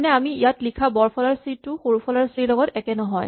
মানে আমি ইয়াত লিখা বৰফলাৰ চি টো সৰুফলাৰ চি লগত একে নহয়